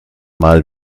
mal